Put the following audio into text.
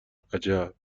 عجب